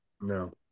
No